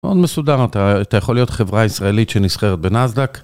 מאוד מסודר, אתה-אתה יכול להיות חברה ישראלית שנסחרת בנסדא"ק.